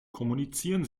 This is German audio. kommunizieren